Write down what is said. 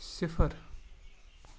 صِفر